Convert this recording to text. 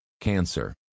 Cancer